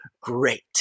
great